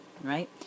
right